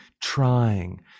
trying